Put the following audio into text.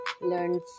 learned